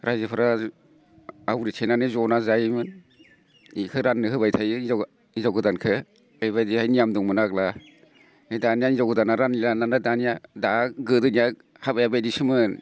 रायजोफोरा आवग्रिथेनानै जना जायोमोन इखो रानहोबाय थायो हिनजाव गोदानखो बिबायदिहाय नियम दंमोन आग्ला नै दाना हिनजाव गोदाना रानलिया दानिया दा गोदोनिया हाबाया बिदिसोमोन